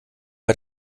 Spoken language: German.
bei